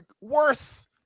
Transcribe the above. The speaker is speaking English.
worse